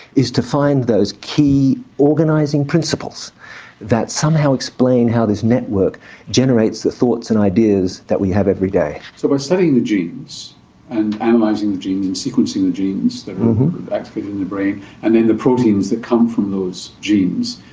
is to find those key organising principles that somehow explain how this network generates the thoughts and ideas that we have every day. so by studying the genes and um analysing the genes and sequencing the genes that activate in the brain and then the proteins that come from those genes,